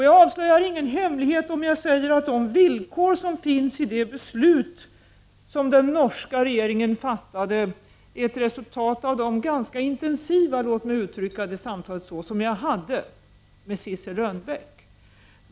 Jag avslöjar ingen hemlighet om jag säger att de villkor som finns angivna i det beslut som den norska regeringen fattade är ett resultat av de ganska intensiva — låt mig uttrycka saken så — samtal som jag hade med Sissel Rgnbeck.